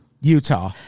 Utah